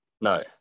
No